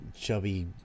chubby